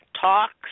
talks